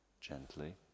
gently